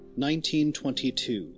1922